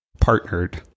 partnered